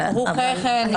רוחך נמצאת כאן.